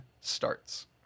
starts